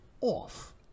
off